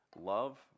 love